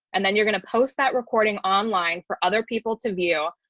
and then you're going to post that recording online for other people to view